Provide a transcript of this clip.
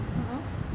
mm